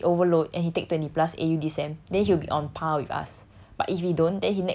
unless he overload so if he overload and he take twenty plus A_U this sem then he will be on par with us